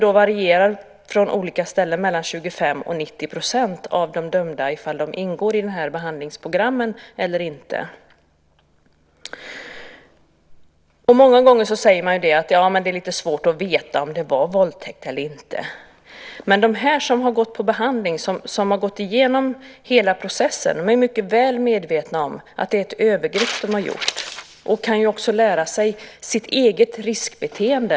Mellan 25 % och 90 % ingår i behandlingsprogram. Många gånger säger man att det är lite svårt att veta om det varit fråga om våldtäkt eller inte. De som gått igenom hela behandlingsprocessen är dock mycket väl medvetna om att de har begått övergrepp, och de kan också lära sitt eget riskbeteende.